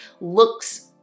looks